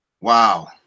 Wow